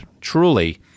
truly